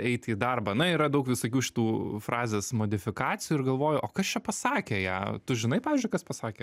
eiti į darbą na yra daug visokių šitų frazės modifikacijų ir galvoju o kas čia pasakė ją tu žinai pavyzdžiui kas pasakė